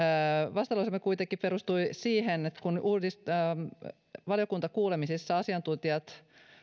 vastalauseemme kuitenkin perustui siihen että valiokuntakuulemisessa asiantuntijat